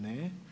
Ne.